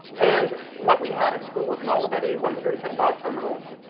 and what we had at school was an olivetti one hundred and ten baud terminals,